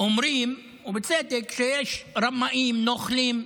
אומרים ובצדק שיש רמאים ונוכלים.